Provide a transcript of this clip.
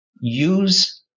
use